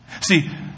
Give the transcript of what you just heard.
see